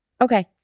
Okay